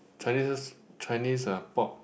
Chineses Chinese uh pop